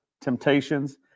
temptations